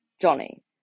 Johnny